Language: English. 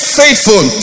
faithful